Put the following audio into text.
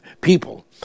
people